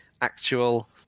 actual